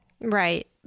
Right